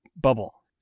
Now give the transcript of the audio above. bubble